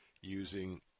using